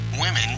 Women